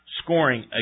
scoring